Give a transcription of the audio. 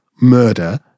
murder